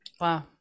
Wow